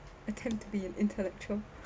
it can't be an intellectual